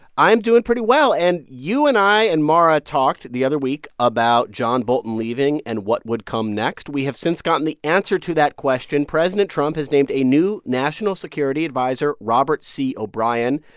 i'm doing pretty well. and you and i and mara talked the other week about john bolton leaving and what would come next. we have since gotten the answer to that question. president trump has named a new national security adviser, robert c. o'brien.